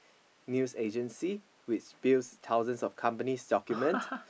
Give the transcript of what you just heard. news agency which spills thousands of company document